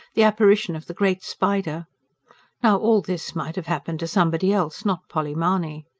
the apparition of the great spider now, all this might have happened to somebody else, not polly mahony.